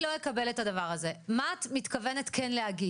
מה את מתכוונת לומר?